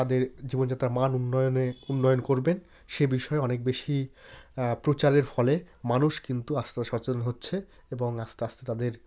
তাদের জীবনযাত্রার মান উন্নয়নে উন্নয়ন করবেন সে বিষয় অনেক বেশি প্রচারের ফলে মানুষ কিন্তু আস্তে আ সচেতন হচ্ছে এবং আস্তে আস্তে তাদের